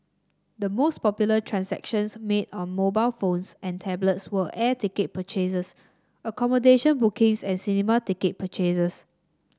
the most popular transactions made on mobile phones and tablets were air ticket purchases accommodation bookings and cinema ticket purchases